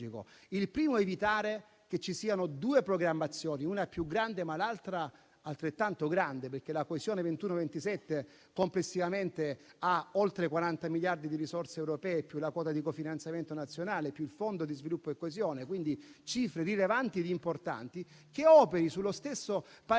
il primo è evitare che ci siano due programmazioni, una molto grande, ma l'altra altrettanto grande, perché la coesione 2021-2027 complessivamente ha oltre 40 miliardi di risorse europee, più la quota di cofinanziamento nazionale, più il fondo di sviluppo e coesione (quindi cifre rilevanti ed importanti), che operano sullo stesso Paese,